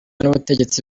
n’ubutegetsi